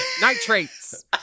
Nitrates